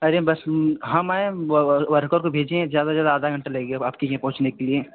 अरे बस हम हम हैं वर्कर को भेजे हैं ज़्यादा से ज़्यादा आधा घंटा लगेगा आपके यहाँ पहुँचने के लिए